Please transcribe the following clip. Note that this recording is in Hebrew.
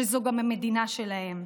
שזו גם המדינה שלהם.